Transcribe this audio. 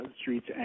streets